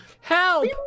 Help